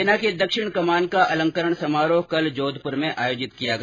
सेना के दक्षिण कमान का अलंकरण समारोह कल जोधपुर में आयोजित किया गया